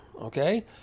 okay